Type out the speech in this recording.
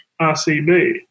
RCB